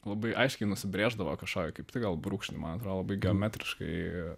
labai aiškiai nusibrėždavo kažkokį kaip tik gal brūkšnį man atrodo labai geometriškai